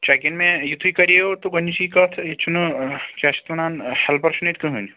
check اِن مےٚ یُتھٕے کَریٛاو تہٕ گۄڈنِچی کَتھ ییٚتہِ چھُنہٕ ٲں کیٛاہ چھِ اَتھ وَنان ہیٚلپر چھُنہٕ ییٚتہِ کٕہٲنۍ